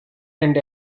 and